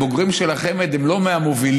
הבוגרים של החמ"ד הם לא מהמובילים.